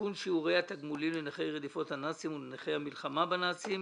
עדכון שיעורי התגמולים לנכי רדיפות הנאצים ולנכי המלחמה בנאצים.